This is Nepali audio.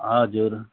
हजुर